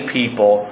people